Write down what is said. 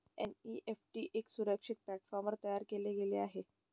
NEFT एका सुरक्षित प्लॅटफॉर्मवर तयार केले गेले आहे